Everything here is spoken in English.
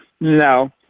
no